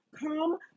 come